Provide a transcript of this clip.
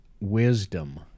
wisdom